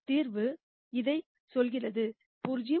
தீர்வு இதைச் சொல்கிறது 0